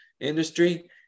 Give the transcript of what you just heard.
industry